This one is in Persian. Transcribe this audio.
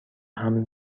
حمل